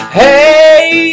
hey